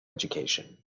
education